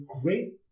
great